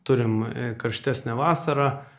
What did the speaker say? turim karštesnę vasarą